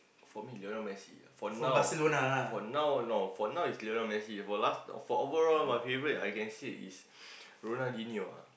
for me Lionel-Messi for now ah for now know for now is Lionel-Messi for last for overall my favorite I can say is Ronaldinio